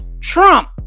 Trump